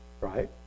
Right